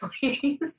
please